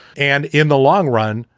and in the long run,